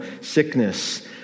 sickness